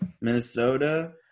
Minnesota